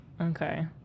Okay